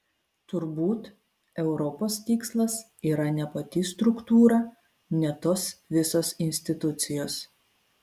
turbūt europos tikslas yra ne pati struktūra ne tos visos institucijos